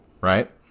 right